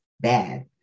bad